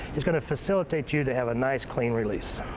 it's going to facilitate you to have a nice, clean release.